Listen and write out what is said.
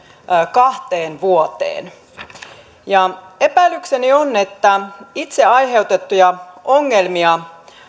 kahteen vuoteen epäilykseni on että itse aiheutettuja ongelmia